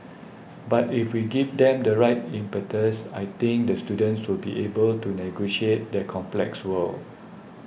but if we give them the right impetus I think the students to be able to negotiate that complex world